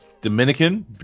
Dominican